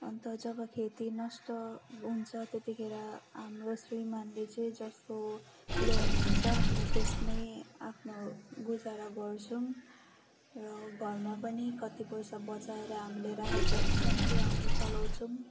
अन्त जब खेती नष्ट हुन्छ त्यतिखेर हाम्रो श्रीमान्ले चाहिँ जस्तो ल्याउनुहुन्छ हामी त्यसमै आफ्नो गुजारा गर्छौँ र घरमा पनि कति पैसा बचाएर हामीले राखेको हुन्छौँ त्यो हामी चलाउँछौँ